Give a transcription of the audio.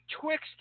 Twix